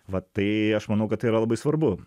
va tai aš manau kad tai yra labai svarbu